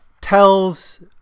tells